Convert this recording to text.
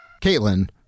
Caitlin